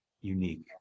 unique